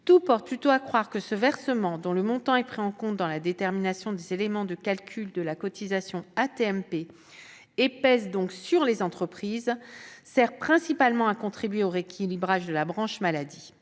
Tout porte plutôt à croire que ce versement, dont le montant est pris en compte dans la détermination des éléments de calcul de la cotisation AT-MP et pèse donc sur les entreprises, sert principalement à contribuer au rééquilibrage de la branche maladie.